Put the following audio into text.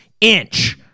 inch